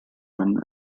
mann